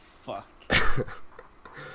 fuck